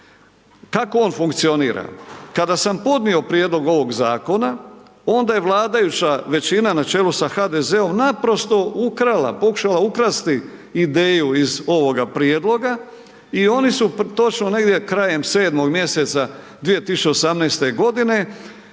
Kako on funkcionira. Kada sam podnio prijedlog ovog zakona, onda je vladajuća većina na čelu sa HDZ-om, naprosto ukrala, pokušala ukrasti, ideju iz ovoga prijedloga i oni su točno, negdje krajem 7. mj. 2018. g.